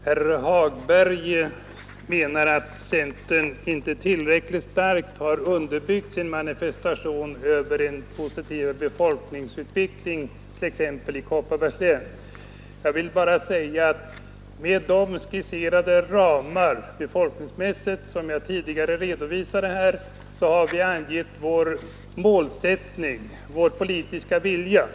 Fru talman! Herr Hagberg menar att centern inte tillräckligt starkt har underbyggt sin manifestation över en positiv befolkningsutveckling t.ex. i Kopparbergs län. Med de skisserade ramar för befolkningsutvecklingen som jag tidigare redovisade här har vi angivit vår målsättning och politiska vilja.